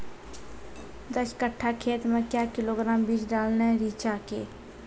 दस कट्ठा खेत मे क्या किलोग्राम बीज डालने रिचा के?